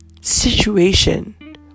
situation